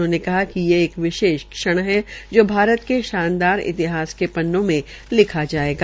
उन्होंने कहा कि यह विशेष क्षण है जो भारत के शानदार इतिहास के पन्नों मे लिखा जायेगा